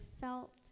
felt